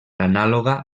anàloga